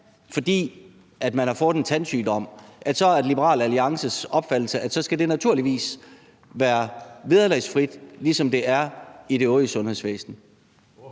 fordi man har fået en tandsygdom, så er det Liberal Alliances opfattelse, at så skal det naturligvis være vederlagsfrit, ligesom det er i det øvrige sundhedsvæsen.